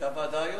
היתה ועדה היום?